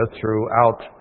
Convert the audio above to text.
throughout